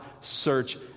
search